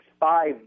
Five